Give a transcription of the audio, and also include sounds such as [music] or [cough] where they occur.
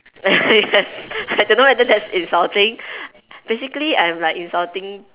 [laughs] yes I don't know whether that's insulting basically I'm like insulting